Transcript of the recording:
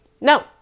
no